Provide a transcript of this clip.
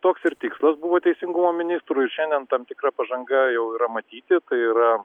toks ir tikslas buvo teisingumo ministrų ir šiandien tam tikra pažanga jau yra matyti tai yra